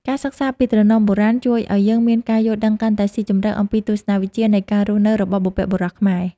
ការសិក្សាពីត្រណមបុរាណជួយឱ្យយើងមានការយល់ដឹងកាន់តែស៊ីជម្រៅអំពីទស្សនវិជ្ជានៃការរស់នៅរបស់បុព្វបុរសខ្មែរ។